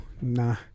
nah